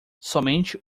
somente